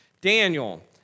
Daniel